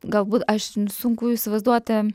galbūt aš sunku įsivaizduoti